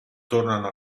tornano